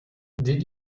did